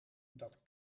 dat